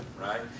right